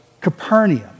Capernaum